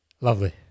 Lovely